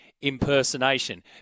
impersonation